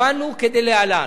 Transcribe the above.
קבענו כדלהלן: